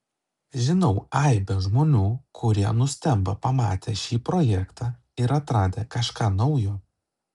žinau aibę žmonių kurie nustemba pamatę šį projektą ir atradę kažką naujo